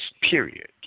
period